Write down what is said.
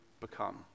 become